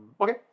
Okay